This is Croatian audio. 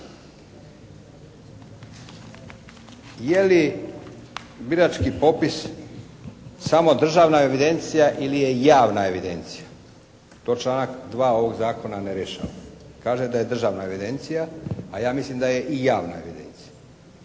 Je li birački popis samo državna evidencija ili je javna evidencija? To članak 3. ovog zakona ne rješava. Kaže da je državna evidencija, a ja mislim da je i javna evidencija,